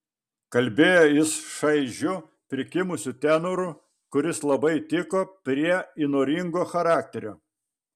kalbėjo jis šaižiu prikimusiu tenoru kuris labai tiko prie įnoringo charakterio